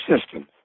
systems